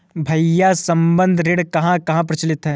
भैया संबंद्ध ऋण कहां कहां प्रचलित है?